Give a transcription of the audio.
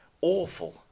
Awful